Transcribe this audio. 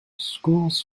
schools